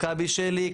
מכבי שלי,